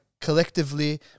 collectively